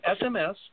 SMS